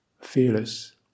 fearless